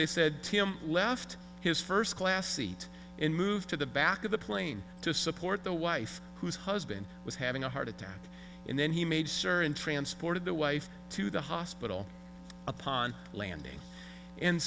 they said tim left his first class seat in moved to the back of the plane to support the wife whose husband was having a heart attack and then he made sure and transported the wife to the hospital upon landing and